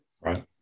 Right